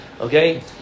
okay